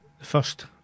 first